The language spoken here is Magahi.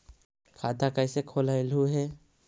खाता कैसे खोलैलहू हे?